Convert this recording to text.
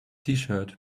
tshirt